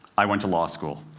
i went to law school.